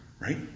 Right